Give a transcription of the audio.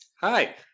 Hi